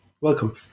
welcome